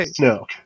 no